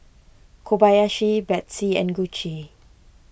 Kobayashi Betsy and Gucci